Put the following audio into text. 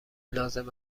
لازم